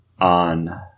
on